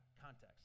context